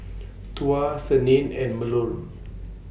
Tuah Senin and Melur